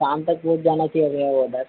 शाम तक पहुँच जाना चाहिए भैया यह ओडर